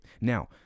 now